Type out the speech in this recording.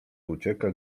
ucieka